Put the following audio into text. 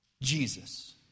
Jesus